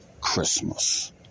Christmas